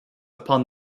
upon